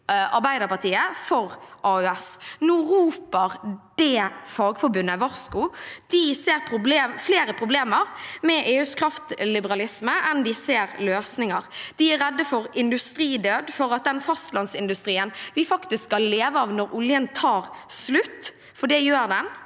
Arbeiderpartiet for EØS. Nå roper det fagforbundet varsko. De ser flere problemer med EUs kraftliberalisme enn de ser løsninger. De er redd for industridød og for at den fastlandsindustrien vi faktisk skal leve av når oljen tar slutt, for det gjør den,